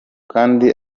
kandi